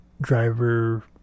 driver